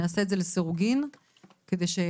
נעשה את זה לסירוגין,